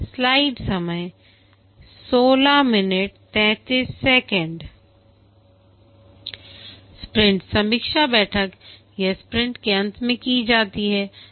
sprint समीक्षा बैठक यह स्प्रिंट के अंत में की जाती है